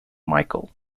michael